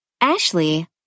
Ashley